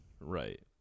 Right